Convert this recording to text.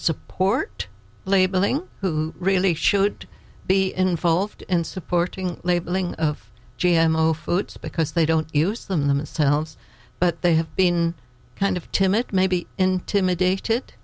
support labeling who really should be in full in supporting labeling of g m o foods because they don't use them themselves but they have been kind of timid maybe intimidated